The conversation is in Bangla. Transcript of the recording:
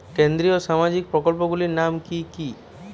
কেন্দ্রীয় সামাজিক প্রকল্পগুলি নাম কি কি?